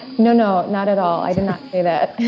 no no, not at all. i did not say that